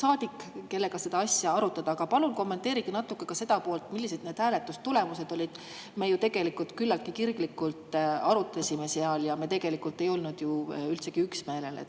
saadik, kellega asja arutada. Aga palun kommenteerige natuke ka seda, millised hääletustulemused olid. Me ju tegelikult küllaltki kirglikult arutasime seal ja me ei olnud üldsegi üksmeelel.